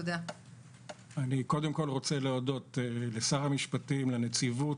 קודם כל אני רוצה להודות לשר המשפטים, לנציבות,